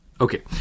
Okay